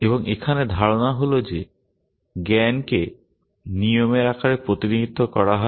এবং এখানে ধারণা হল যে জ্ঞানকে নিয়মের আকারে প্রতিনিধিত্ব করা হয়